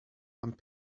and